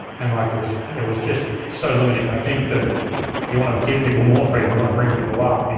and, like, it was it was just so limiting. i think you want to give people more freedom. we want to bring people up, you know?